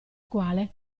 quale